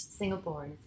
Singapore